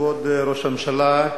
כבוד ראש הממשלה,